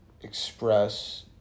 Express